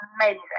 amazing